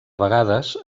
vegades